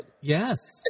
Yes